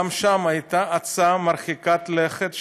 גם שם הייתה הצעה מרחיקת לכת,